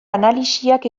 analisiak